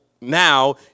now